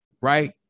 right